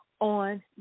on